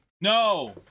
no